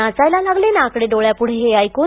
नाचायला लागले ना आकडे डोळ्यापुढे हे ऐकून